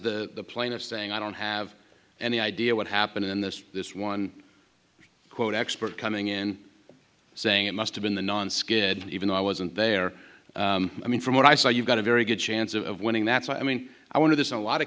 is the plaintiff saying i don't have any idea what happened in this this one quote expert coming in saying it must have been the nonskid even though i wasn't there i mean from what i saw you've got a very good chance of winning that's i mean i wonder there's a lot of